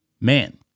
man